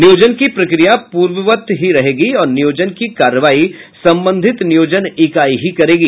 नियोजन की प्रक्रिया पूर्ववत ही रहेगी और नियोजन की कार्रवाई संबंधित नियोजन इकाई ही करेगी